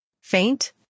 Faint